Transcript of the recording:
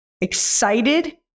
excited